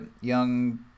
young